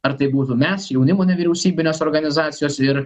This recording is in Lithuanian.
ar tai būtų mes jaunimo nevyriausybinės organizacijos ir